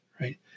right